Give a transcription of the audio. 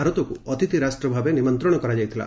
ଭାରତକୁ ଅତିଥି ରାଷ୍ଟ୍ରଭାବେ ନିମନ୍ତ୍ରଣ କରାଯାଇଥିଲା